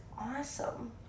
awesome